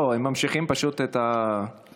לא, הם ממשיכים פשוט את הדיאלוג.